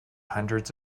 hundreds